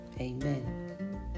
amen